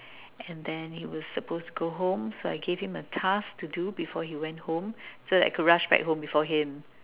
and then he was supposed to go home so I gave home a task to do before he went home so that I could rush back home before him